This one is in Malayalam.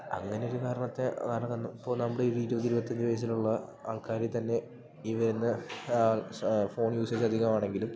അങ്ങനൊരു കാരണത്തെ ഇപ്പോ നമ്മളൊര് ഇരുപത് ഇരുപത്തഞ്ച് വയസ്സിലൊള്ള ആൾക്കാരിതന്നെ ഈ വരുന്ന ഫോൺ യൂസേജധികമാണങ്കിലും